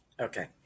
Okay